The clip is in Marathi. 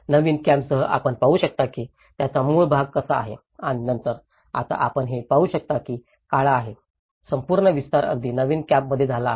नवीन कॅम्पतही आपण पाहू शकता की त्याचा मूळ भाग कसा आहे आणि नंतर आता आपण जे पाहू शकता तो काळा आहे संपूर्ण विस्तार अगदी नवीन कॅम्पमध्ये झाला आहे